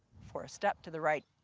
for a step to the right.